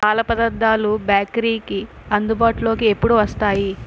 పాల పదార్ధాలు బేకరీకి అందుబాటులోకి ఎప్పుడు వస్తాయి